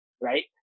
right